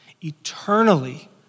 eternally